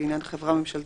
לעניין חברה ממשלתית,